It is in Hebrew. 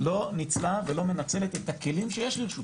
לא ניצלה ולא מנצלת את הכלים שיש לרשותה,